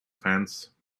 fence